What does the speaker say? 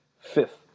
Fifth